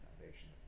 foundation